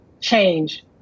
change